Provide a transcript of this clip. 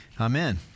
Amen